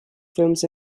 films